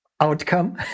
outcome